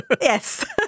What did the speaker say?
Yes